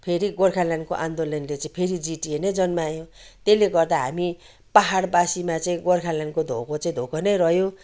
फेरि गोर्खाल्यान्डको आन्दोलनले चाहिँ फेरि जिटिए नै जन्मायो त्यसले गर्दा हामी पाहाडवासीमा चाहिँ गोर्खाल्यान्डको धोको चाहिँ धोको नै रह्यो